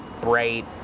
bright